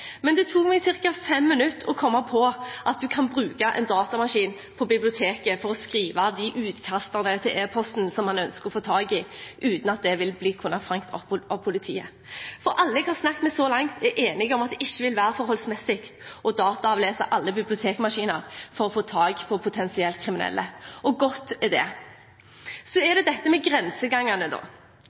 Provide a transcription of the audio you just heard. men det tok meg ca. fem minutter å komme på at en kan bruke en datamaskin på biblioteket til å skrive de utkastene til e-posten som man ønsker å få tak i, uten at det vil kunne bli fanget opp av politiet. Alle jeg har snakket med så langt, er enige om at det ikke vil være forholdsmessig å dataavlese alle bibliotekmaskiner for å få tak på potensielle kriminelle – og godt er det. Så er det dette med grensegangene. Da